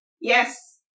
yes